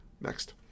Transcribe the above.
Next